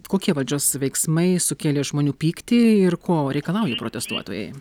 kokie valdžios veiksmai sukėlė žmonių pyktį ir ko reikalauja protestuotojai